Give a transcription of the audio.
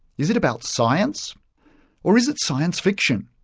is it about science or is it science fiction?